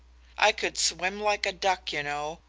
i could swim like a duck, you know,